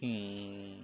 mm